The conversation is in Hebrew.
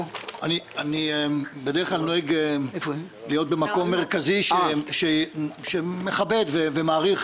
אני בדרך כלל נוהג להיות במקום מרכזי שמכבד ומעריך